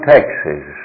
Texas